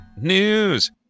news